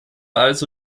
also